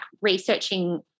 researching